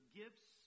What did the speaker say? gifts